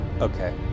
Okay